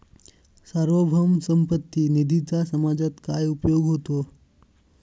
सार्वभौम संपत्ती निधीचा समाजात काय उपयोग होतो?